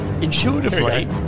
intuitively